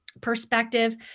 perspective